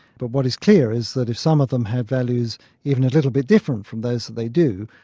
but what is clear is that if some of them have values even a little bit different from those that they do,